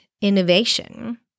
innovation